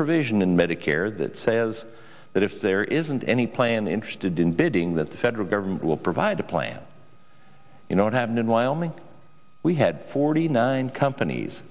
provision in medicare that says that if there isn't any plan interested in bidding that the federal government will provide a plan you know what happened in wyoming we had forty nine companies